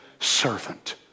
servant